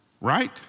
right